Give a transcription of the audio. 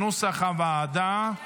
כנוסח הוועדה.